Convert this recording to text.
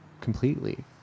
completely